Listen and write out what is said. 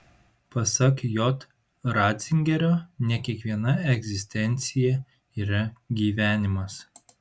pasak j ratzingerio ne kiekviena egzistencija yra gyvenimas